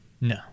No